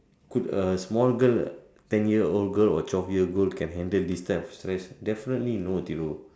could a small girl ten year old girl or twelve year old girl can handle this type of stress definitely no Thiru